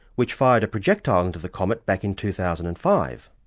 which fired a projectile into the comet back in two thousand and five.